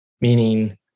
Meaning